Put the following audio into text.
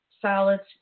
salads